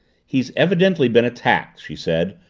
he's evidently been attacked, she said,